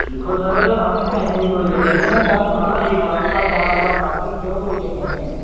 दिक्खो सर असें पैसे दा कोई चक्कर निं ऐ घर बनाना ए क्लॉस टाईम भाऐं बद्ध लग्गी जाह्ग कोई चक्कर निं ऐ